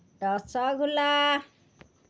rasgulla